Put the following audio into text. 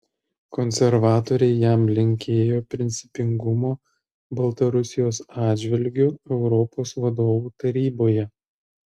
konservatoriai jam linkėjo principingumo baltarusijos atžvilgiu europos vadovų taryboje